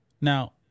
Now